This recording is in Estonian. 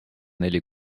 neli